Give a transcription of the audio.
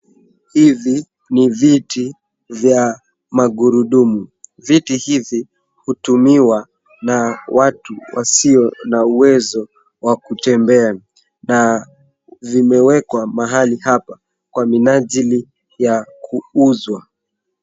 Hivi ni viti vya magurudumu. Viti hivi hutumiwa na watu wasio na uwezo wa kutembea na vimewekwa mahali hapa kwa minajili ya kuuzwa.